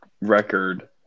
record